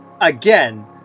Again